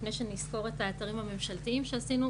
לפני שנסקור את האתרים הממשלתיים שעשינו,